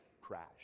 crash